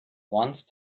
once